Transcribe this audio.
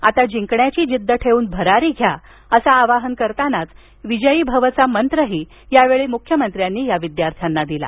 आता जिंकण्याची जिद्द ठेऊन भरारी घ्या असं आवाहन करतानाच विजयी भव चा मंत्रही यावेळी मुख्यमंत्र्यांनी या विद्यार्थ्यांना दिला